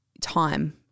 time